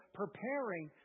preparing